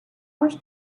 much